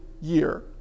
year